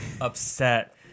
upset